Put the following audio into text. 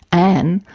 anne,